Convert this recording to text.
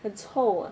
很臭啊